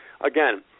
again